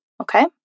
okay